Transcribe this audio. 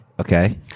Okay